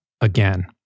again